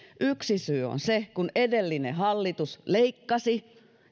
yksi syy on se että edellinen hallitus leikkasi